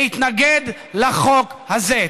להתנגד לחוק הזה.